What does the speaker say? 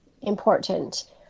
important